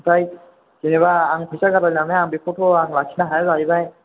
आमफ्राय जेनेबा आं फैसा गारलायलानानै आं बेखौथ' आं लाखिनो हाया जाहैबाय